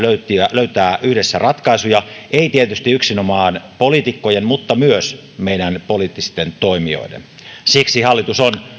löytää yhdessä ratkaisuja ei tietysti yksinomaan poliitikkojen mutta myös meidän poliittisten toimijoiden siksi hallitus on